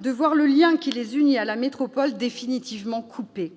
de voir le lien qui les unit à la métropole définitivement coupé,